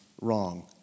wrong